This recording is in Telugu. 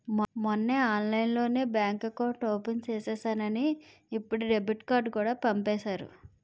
మొన్నే ఆన్లైన్లోనే బాంక్ ఎకౌట్ ఓపెన్ చేసేసానని ఇప్పుడే డెబిట్ కార్డుకూడా పంపేసారు